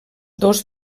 dos